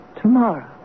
tomorrow